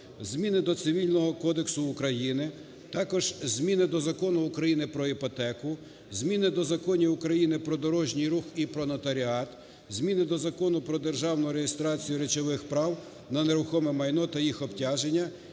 зміни до Цивільного кодексу України. Також зміни до Закону України "Про іпотеку", зміни до Законів України "Про дорожній рух" і "Про нотаріат", зміни до Закону "Про державну реєстрацію речових прав на нерухоме майно та їх обтяжень",